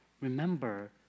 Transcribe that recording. remember